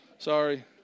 Sorry